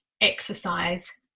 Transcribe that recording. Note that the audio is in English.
exercise